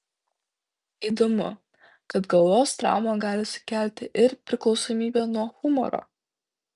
įdomu kad galvos trauma gali sukelti ir priklausomybę nuo humoro